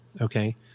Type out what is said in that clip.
Okay